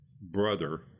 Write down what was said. brother